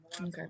Okay